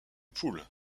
poules